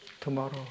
tomorrow